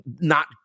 not-